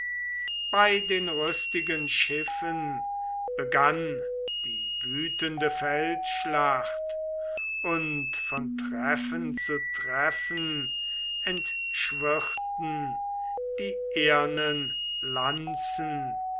bei den rüstigen schiffen begann die wütende feldschlacht und von treffen zu treffen entschwirrten die ehernen lanzen